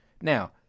Now